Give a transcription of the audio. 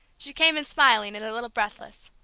she came in smiling, and a little breathless.